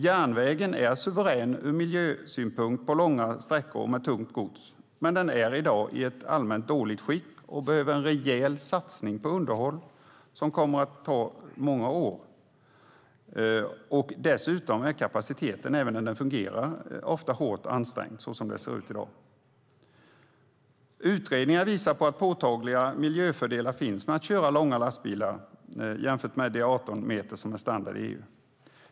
Järnvägen är suverän ur miljösynpunkt på långa sträckor med tungt gods, men den är i dag i ett allmänt dåligt skick och behöver en rejäl satsning på underhåll och förbättringar som kommer att ta många år. Dessutom är kapaciteten även när det fungerar ofta hårt ansträngd. Utredningar visar på påtagliga miljöfördelar med att köra långa lastbilar jämfört med de 18 meter som är standard i EU.